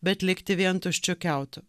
bet likti vien tuščiu kiautu